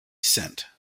sent